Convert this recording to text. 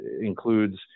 includes